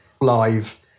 live